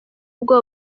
bwa